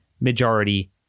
majority